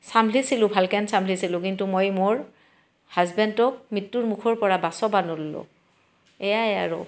চাম্ভালিছিলোঁ ভালেকৈ চাম্ভালিছিলোঁ কিন্তু মই মোৰ হাজবেণ্ডক মৃত্যুৰ মুখৰ পৰা বচাব নোৱাৰিলোঁ এয়াই আৰু